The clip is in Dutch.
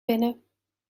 binnen